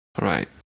right